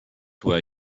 where